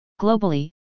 Globally